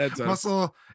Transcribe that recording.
muscle